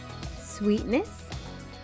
sweetness